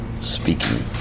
speaking